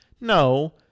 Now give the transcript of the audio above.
No